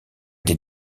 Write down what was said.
des